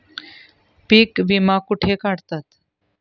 पीक विमा कुठे काढतात?